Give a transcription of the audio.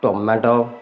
tomato